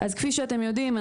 אז כפי שאתם יודעים,